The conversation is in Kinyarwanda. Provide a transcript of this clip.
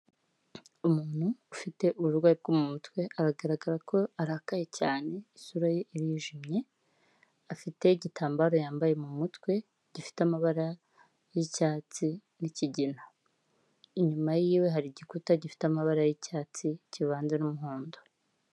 Umuntu ufite uburwayi bwo mu mutwe aragaragara ko arakaye cyane isura ye yijimye afite igitambaro yambaye mu mutwe gifite amabara y'icyatsi n'ikigina inyuma y'iwe hari igikuta gifite amabara y'icyatsi kivanze n'umuhondo.